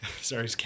sorry